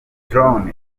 drone